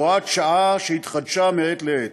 בהוראת שעה שהתחדשה מעת לעת.